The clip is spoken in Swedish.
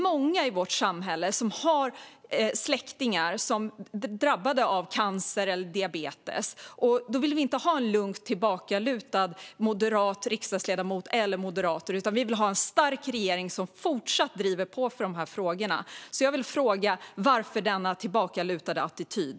Många i vårt samhälle har släktingar som drabbats av cancer eller diabetes. Då vill vi inte ha lugnt tillbakalutade moderata riksdagsledamöter, utan vi vill ha en stark regering som fortsätter driva på i dessa frågor. Varför denna tillbakalutade attityd?